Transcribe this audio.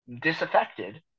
disaffected